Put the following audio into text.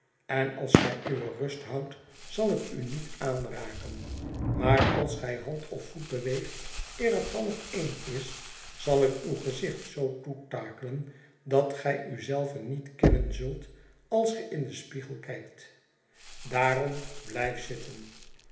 en als gij uwe rust houdt zal ik u niet aanraken maar als gij hand of voet beweegt eer het half een is zal ik uw gezicht zoo toetakelen dat gij u zelven niet kennen zult als ge in den spiegel kijkt daarom blijf zitten